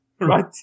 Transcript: Right